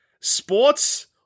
sports